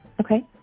Okay